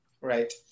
right